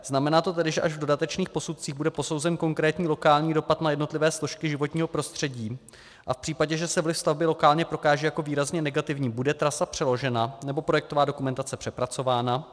Znamená to tedy, že až v dodatečných posudcích bude posouzen konkrétní lokální dopad na jednotlivé složky životního prostředí, a v případě, že se vliv během stavby lokálně prokáže jako výrazně negativní, bude trasa přeložena nebo projektová dokumentace přepracována?